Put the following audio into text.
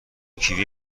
کیوی